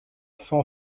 cent